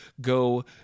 go